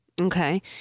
Okay